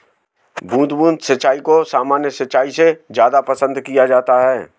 बूंद बूंद सिंचाई को सामान्य सिंचाई से ज़्यादा पसंद किया जाता है